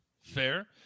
fair